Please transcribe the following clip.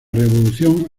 revolución